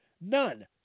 None